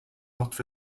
not